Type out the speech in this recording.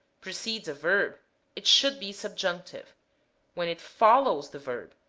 precedes a verb it should be subjunctive when it follows the verb,